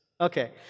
Okay